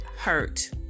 hurt